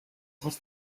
ojos